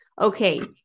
Okay